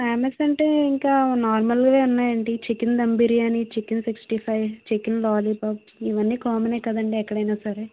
famous అంటే ఇంక నార్మల్గా ఉన్నాయండి chicken dum biryani chicken sixty five chicken lollipop ఇవన్నీ కామనే కదండి ఎక్కడైనా సరే